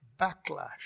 backlash